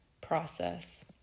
process